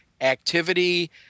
activity